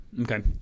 Okay